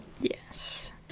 yes